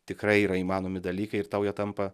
tikrai yra įmanomi dalykai ir tau jie tampa